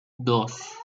dos